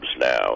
now